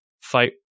fight